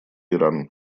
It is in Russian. иран